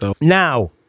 Now